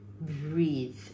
breathe